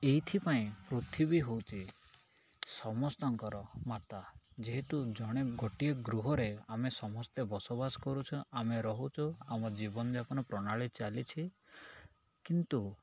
ଏଇଥିପାଇଁ ପୃଥିବୀ ହେଉଛି ସମସ୍ତଙ୍କର ମାତା ଯେହେତୁ ଜଣେ ଗୋଟିଏ ଗ୍ରହରେ ଆମେ ସମସ୍ତେ ବସବାସ କରୁଛୁ ଆମେ ରହୁଛୁ ଆମ ଜୀବନଯାପନ ପ୍ରଣାଳୀ ଚାଲିଛି କିନ୍ତୁ